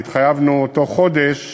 והתחייבנו להציע תוך חודש